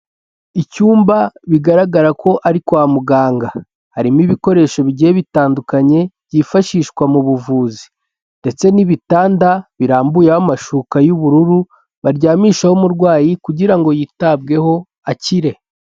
Icyumba bigaragara ko ari kwa muganga harimo ibikoresho bigiye bitandukanye, byifashishwa mu buvuzi ndetse n'ibitanda birambuyeho amashuka y'ubururu baryamishaho umurwayi kugira ngo yitabweho akire.